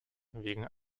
wegen